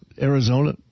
Arizona